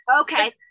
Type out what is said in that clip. okay